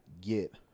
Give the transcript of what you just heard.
get